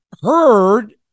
heard